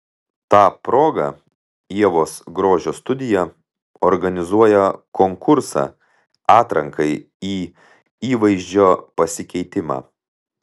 ta proga ievos grožio studija organizuoja konkursą atrankai į įvaizdžio pasikeitimą